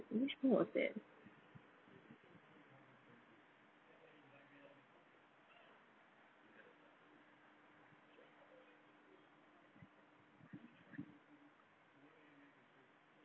which one was that